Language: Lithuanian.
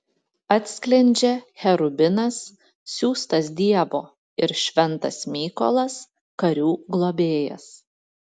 atsklendžia cherubinas siųstas dievo ir šventas mykolas karių globėjas